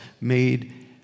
made